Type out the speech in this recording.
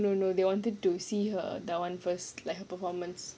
no no no they wanted to see her that [one] first like her performance